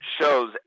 shows